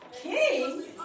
king